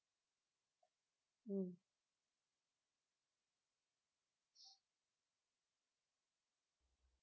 mm